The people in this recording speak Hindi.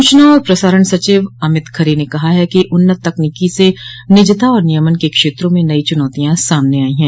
सूचना और प्रसारण सचिव अमित खरे ने कहा है कि उन्नत तकनीकी से निजता और नियमन के क्षेत्रों में नई चुनौतियां सामने आई हैं